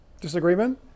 Disagreement